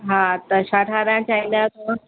हा त छा ठाराहिणु चाहींदा आहियो तव्हां